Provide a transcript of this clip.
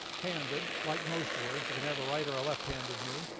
handed, like most words. you can have a right or a left-handed noon.